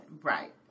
Right